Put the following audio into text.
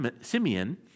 Simeon